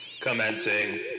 commencing